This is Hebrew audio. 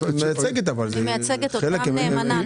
אני מייצגת אותם נאמנה.